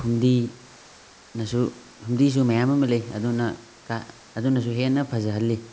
ꯐꯨꯝꯗꯤꯅꯁꯨ ꯐꯨꯝꯗꯤꯁꯨ ꯃꯌꯥꯝ ꯑꯃ ꯂꯩ ꯑꯗꯨꯅ ꯑꯗꯨꯅꯁꯨ ꯍꯦꯟꯅ ꯐꯖꯍꯜꯂꯤ